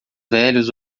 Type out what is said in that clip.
velhos